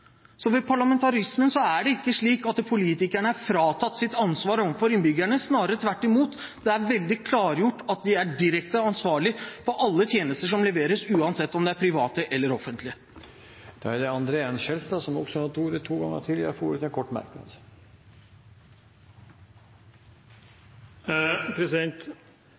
Ved parlamentarismen er det ikke slik at politikerne er fratatt sitt ansvar overfor innbyggerne, snarere tvert imot: Det er veldig klargjort at de er direkte ansvarlig for alle tjenester som leveres, uansett om de er private eller offentlige. André N. Skjelstad har hatt ordet to ganger, og får ordet til en kort merknad,